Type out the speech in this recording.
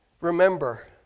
remember